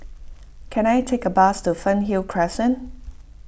can I take a bus to Fernhill Crescent